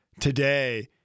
Today